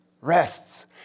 rests